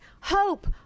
hope